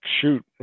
shoot